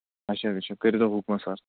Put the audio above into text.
اَچھا اَچھا کٔرۍتو حُکمہ سَر